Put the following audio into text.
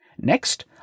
Next